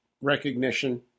recognition